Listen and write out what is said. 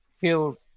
filled